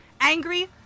angry